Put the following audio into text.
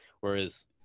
Whereas